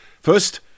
First